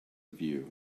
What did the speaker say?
view